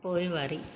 पोइवारी